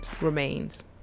remains